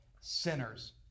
sinners